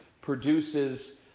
produces